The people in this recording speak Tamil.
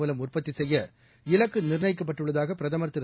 மூலம் உற்பத்திசெய்ய இலக்குநிர்ணயிக்கப்பட்டுள்ளதாகபிரதமர் திரு